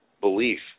belief